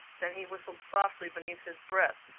then he whistled softly beneath his breath.